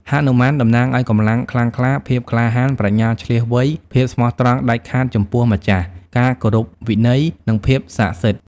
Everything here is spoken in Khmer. ហនុមានតំណាងឱ្យ កម្លាំងខ្លាំងក្លា ភាពក្លាហាន ប្រាជ្ញាឈ្លាសវៃ ភាពស្មោះត្រង់ដាច់ខាតចំពោះម្ចាស់ ការគោរពវិន័យ និងភាពស័ក្ដិសិទ្ធិ ។